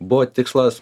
buvo tikslas